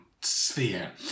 sphere